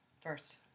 First